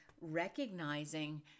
recognizing